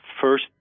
first